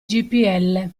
gpl